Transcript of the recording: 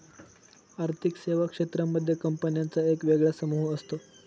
आर्थिक सेवा क्षेत्रांमध्ये कंपन्यांचा एक वेगळा समूह असतो